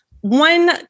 one